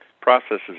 processes